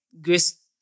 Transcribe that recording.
grace